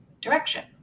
direction